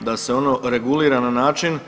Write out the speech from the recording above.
da se ono regulira na način